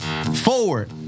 Forward